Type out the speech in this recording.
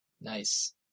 Nice